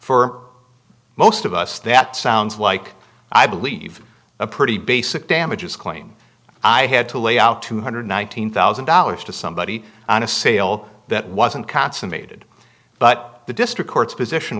for most of us that sounds like i believe a pretty basic damages claim i had to lay out two hundred and nineteen thousand dollars to somebody on a sale that wasn't consummated but the district court's position